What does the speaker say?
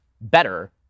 better